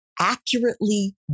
accurately